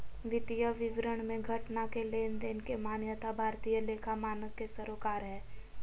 वित्तीय विवरण मे घटना के लेनदेन के मान्यता भारतीय लेखा मानक के सरोकार हय